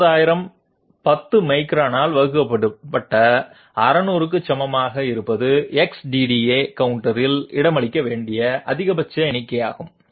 60000 10 micron ஆல் வகுக்கப்பட்ட 600 க்கு சமமாக இருப்பது X DDA கவுண்டரில் இடமளிக்க வேண்டிய அதிகபட்ச எண்ணிக்கையாகும்